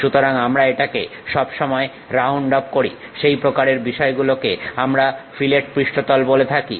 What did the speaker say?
সুতরাং আমরা এটাকে সব সময় রাউন্ড অফ করি সেই প্রকারের বিষয়গুলোকে আমরা ফিলেট পৃষ্ঠতল বলে থাকি